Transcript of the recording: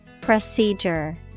Procedure